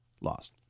lost